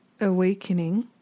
awakening